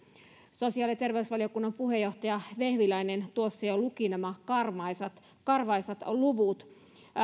sosiaali ja terveysvaliokunnan puheenjohtaja vehviläinen tuossa jo luki nämä karmaisevat karmaisevat luvut